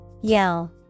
Yell